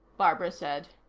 barbara said.